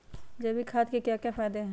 जैविक खाद के क्या क्या फायदे हैं?